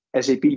SAP